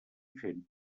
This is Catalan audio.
fent